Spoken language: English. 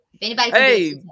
hey